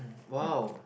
!wow!